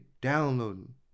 downloading